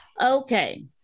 Okay